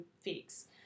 fix